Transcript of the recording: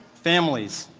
families,